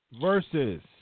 versus